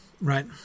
right